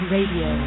Radio